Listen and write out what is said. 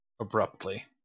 Abruptly